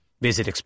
Visit